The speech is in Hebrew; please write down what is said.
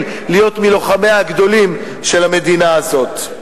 להיות מלוחמיה הגדולים של המדינה הזאת.